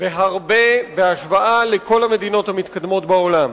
בהרבה בהשוואה לכל המדינות המתקדמות בעולם.